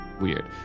Weird